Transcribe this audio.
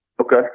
Okay